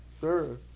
sir